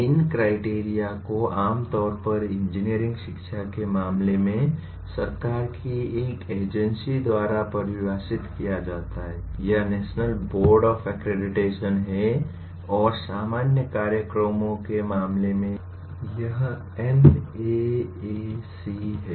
इन criteria को आमतौर पर इंजीनियरिंग शिक्षा के मामले में सरकार की एक एजेंसी द्वारा परिभाषित किया जाता है यह नेशनल बोर्ड ऑफ अक्रेडिटेशन है और सामान्य कार्यक्रमों के मामले में यह एनएएसी है